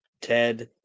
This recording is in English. Ted